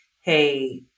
hey